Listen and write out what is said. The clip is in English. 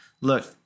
Look